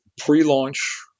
pre-launch